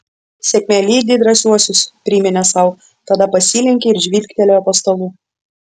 sėkmė lydi drąsiuosius priminė sau tada pasilenkė ir žvilgtelėjo po stalu